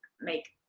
make